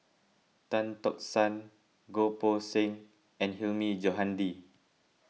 Tan Tock San Goh Poh Seng and Hilmi Johandi